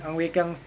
ang wei kiang's